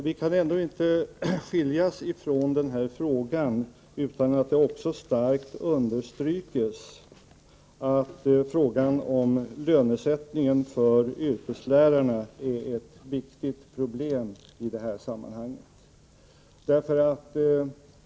Herr talman! Vi kan inte skiljas från denna fråga utan att det starkt understryks att yrkeslärarnas lönesättning är ett viktigt problem i detta sammanhang.